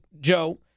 Joe